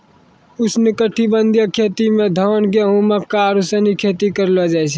उष्णकटिबंधीय खेती मे धान, गेहूं, मक्का आरु सनी खेती करलो जाय छै